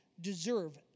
deserve